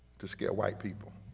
to scare white people